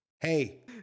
hey